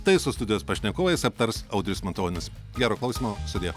tai su studijos pašnekovais aptars audrius matonis gero klausymo sudie